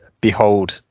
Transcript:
Behold